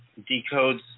decodes